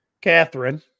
catherine